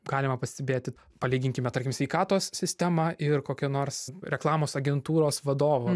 galima pastebėti palyginkime tarkim sveikatos sistemą ir kokią nors reklamos agentūros vadovo